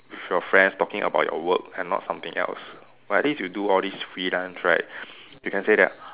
with your friends talking about your work and not something else but at least you do all this freelance right you can say that